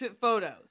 photos